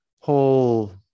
whole